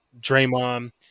Draymond